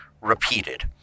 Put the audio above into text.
repeated